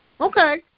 Okay